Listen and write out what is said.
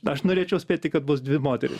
aš norėčiau spėti kad bus dvi moterys